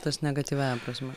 tas negatyviąja prasme